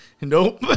nope